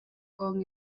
con